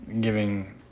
giving